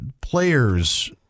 players